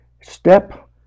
step